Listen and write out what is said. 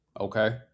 Okay